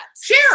share